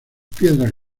piedras